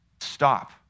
Stop